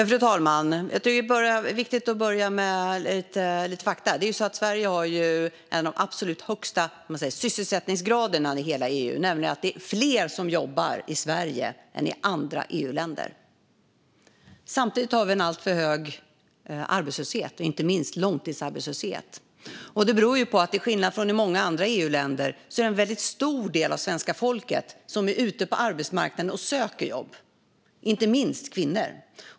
Fru talman! Jag tycker att det är viktigt att börja med lite fakta. Sveriges sysselsättningsgrad är bland de absolut högsta i hela EU, alltså att det är fler som jobbar i Sverige än i andra EU-länder. Samtidigt har vi en alltför hög arbetslöshet och inte minst långtidsarbetslöshet, och det beror på att det, till skillnad från hur det är i många andra EU-länder, är en väldigt stor del av svenska folket som är ute på arbetsmarknaden och söker jobb, inte minst kvinnor.